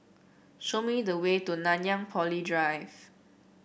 show me the way to Nanyang Poly Drive